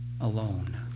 alone